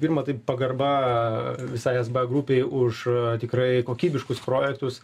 pirma tai pagarba visai sba grupei už tikrai kokybiškus projektus